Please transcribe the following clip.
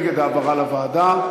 נגד העברה לוועדה.